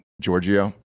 Giorgio